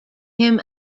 him